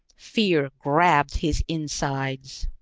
fear grabbed his insides.